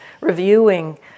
reviewing